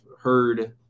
heard